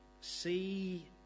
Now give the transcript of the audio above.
see